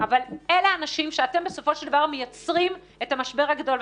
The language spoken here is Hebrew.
אבל אלה אנשים שאתם בסופו של דבר מייצרים את המשבר הגדול.